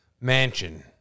mansion